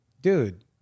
Dude